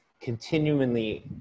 continually